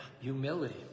humility